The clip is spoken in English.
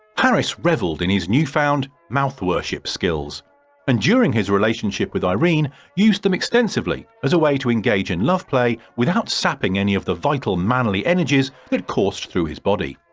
harris revelled in his new found mouthworship skills and during his relationship with eirene used them extensively as a way to engage in love play without sapping any of the vital manly energies that coursed through his body.